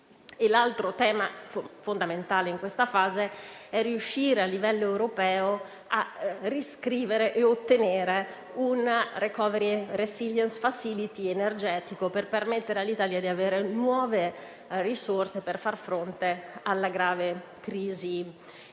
L'altro tema fondamentale in questa fase è riuscire a livello europeo a riscrivere e ottenere una *recovery and resilience facility* energetica per permettere all'Italia di avere nuove risorse per far fronte alla grave crisi energetica.